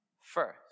first